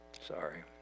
Sorry